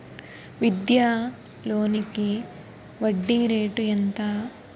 విద్యా లోనికి వడ్డీ రేటు ఎంత?